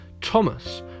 Thomas